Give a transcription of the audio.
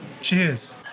Cheers